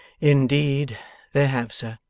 indeed there have, sir